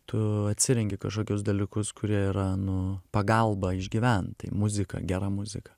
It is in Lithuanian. tu atsirenki kažkokius dalykus kurie yra nu pagalba išgyvent tai muzika gera muzika